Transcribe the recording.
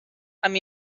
amb